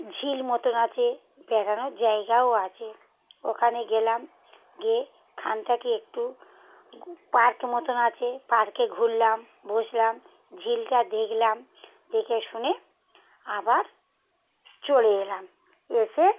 ঝিল মতন আছে বেড়ানোর জায়গাও আছে ওখানে গেলাম গিয়ে খানটাকে একটু পার্ক মতন আছে পার্কে ঘুরলাম বসলাম ঝিলটা দেখলাম দেখে শুনে আবার চলে এলাম এসে